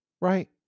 right